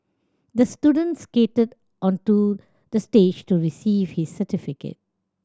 the student skated onto the stage to receive his certificate